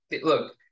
look